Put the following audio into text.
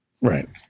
right